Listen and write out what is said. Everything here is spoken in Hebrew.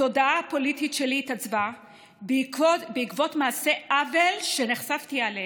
התודעה הפוליטית שלי התעצבה בעקבות מעשי עוול שנחשפתי אליהם,